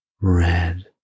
red